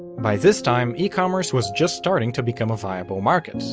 by this time, e-commerce was just starting to become a viable market,